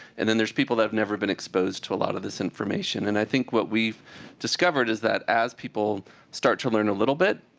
and then there's people that have never been exposed to a lot of this information. and i think what we've discovered is that, as people start to learn a little bit,